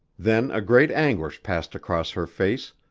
then a great anguish passed across her face,